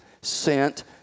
sent